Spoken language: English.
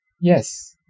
Yes